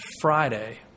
Friday